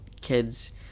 kids